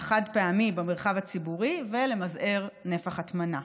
החד-פעמי במרחב הציבורי ולמזער נפח הטמנה.